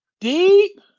Deep